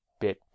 bit